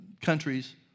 countries